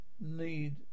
need